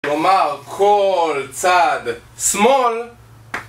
לומר כל צד שמאל